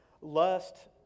lust